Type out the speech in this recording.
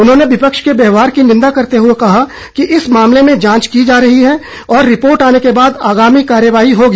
उन्होंने विपक्ष के व्यवहार की निंदा करते हुए कहा कि इस मामले में जांच की जा रही है और रिपोर्ट आने के बाद आगामी कार्रवाई होगी